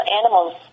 animals